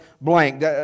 blank